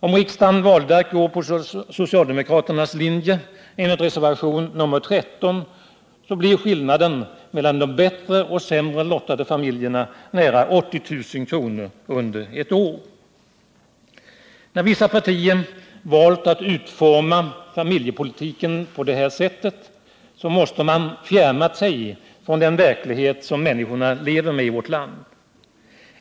Om riksdagen valde att följa socialdemokraternas linje enligt reservationen 13 blir skillnaden mellan de bättre och de sämre lottade familjerna nära 80 000 kr. under ett år. När vissa partier valt att utforma familjepolitiken på det här sättet måste de ha fjärmat sig från den verklighet som människorna lever med i vårt land.